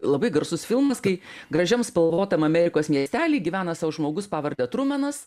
labai garsus filmas kai gražiam spalvotam amerikos miestely gyvena sau žmogus pavarde trumanas